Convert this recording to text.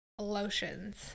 lotions